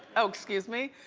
oh, excuse me.